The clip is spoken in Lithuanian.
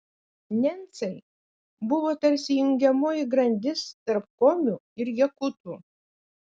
nencai buvo tarsi jungiamoji grandis tarp komių ir jakutų